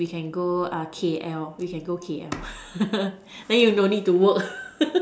we can go uh K_L we can go K_L then you no need to work